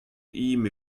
ezhomm